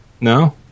No